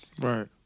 Right